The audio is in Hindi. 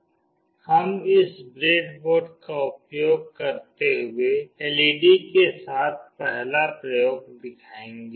हम इस ब्रेडबोर्ड का उपयोग करते हुए एलईडी के साथ पहला प्रयोग दिखाएंगे